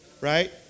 right